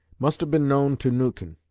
must have been known to newton,